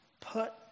put